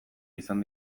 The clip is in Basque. izan